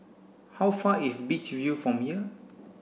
how far is Beach View from here